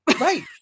Right